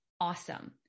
awesome